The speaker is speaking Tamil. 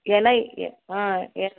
ஏன்னால் ஆ ஏன்